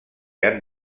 han